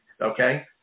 okay